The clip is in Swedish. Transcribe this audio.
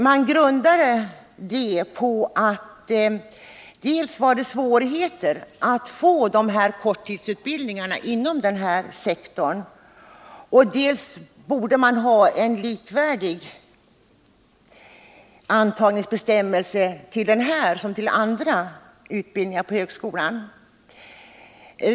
Man grundade sin inställning dels på att det var svårt att få till stånd dessa korttidsutbildningar inom den här sektorn, dels på att det borde vara likvärdiga antagningsbestämmelser till denna och till andra slag av utbildning på högskolan.